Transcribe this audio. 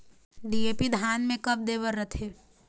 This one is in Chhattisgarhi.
डी.ए.पी धान मे कब दे बर रथे?